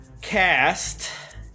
cast